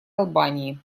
албании